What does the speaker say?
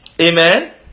amen